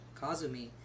Kazumi